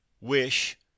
wish